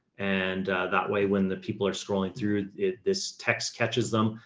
and that way, when the people are scrolling through it, this text catches them.